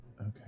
okay